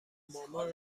مامان